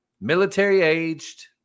Military-aged